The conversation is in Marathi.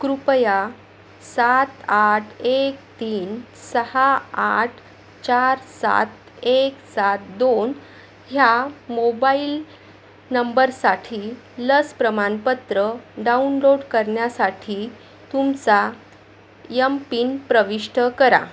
कृपया सात आठ एक तीन सहा आठ चार सात एक सात दोन ह्या मोबाईल नंबरसाठी लस प्रमाणपत्र डाऊनलोट करण्यासाठी तुमचा यमपिन प्रविष्ट करा